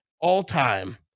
all-time